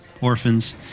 orphans